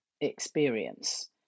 experience